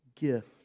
gift